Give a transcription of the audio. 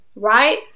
right